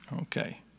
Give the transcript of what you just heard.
Okay